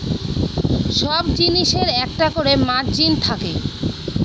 সব জিনিসের একটা করে মার্জিন থাকে